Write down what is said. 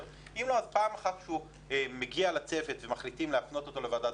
ואם לא אז פעם אחת כשהוא מגיע לצוות ומחליטים להפנות אותו לוועדת